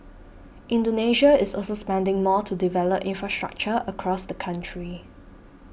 Indonesia is also spending more to develop infrastructure across the country